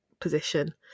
position